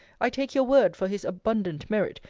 i take your word for his abundant merit,